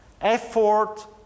effort